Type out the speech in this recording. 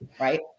right